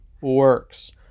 works